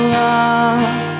love